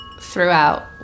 throughout